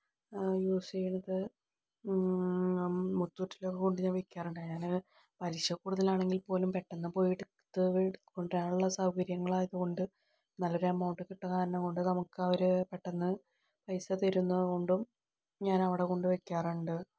use ചെയ്യുന്നത് മുത്തൂറ്റിൻ്റെ gold വയ്ക്കാറുണ്ട് ഞാൻ പലിശ കൂടുതലാണെങ്കിൽ പോലും പെട്ടെന്ന് പോയി എടുത്തു കൊണ്ടുവരാൻ ഉള്ള സൗകര്യങ്ങളായതു കൊണ്ട് നല്ല ഒരു എമൗണ്ട് കിട്ടുന്നതായതുകൊണ്ട് നമുക്ക് അവര് പെട്ടെന്ന് പൈസ തരുന്നത് കൊണ്ടും ഞാൻ അവിടെ കൊണ്ടുപോയി വയ്ക്കാറുണ്ട്